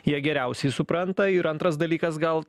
jie geriausiai supranta ir antras dalykas gal